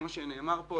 כמו שנאמר פה,